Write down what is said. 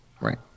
Right